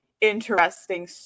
interesting